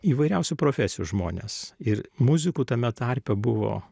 įvairiausių profesijų žmones ir muzikų tame tarpe buvo